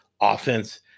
offense